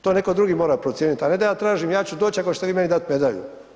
To netko drugi mora procijenit, a ne da ja tražim ja ću doći ako ćete vi meni dati medalju.